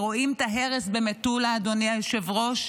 רואים את ההרס במטולה, אדוני היושב-ראש.